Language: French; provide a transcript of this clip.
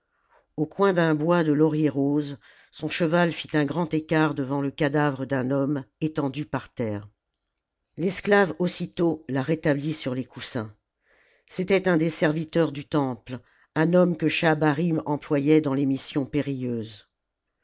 au coin d'un bois de lauriers roses son cheval fit un grand écart devant le cadavre d'un homme étendu par terre l'esclave aussitôt la rétablit sur les coussins c'était un des serviteurs du temple un homme que schahabarim employait dans les missions périlleuses